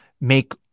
make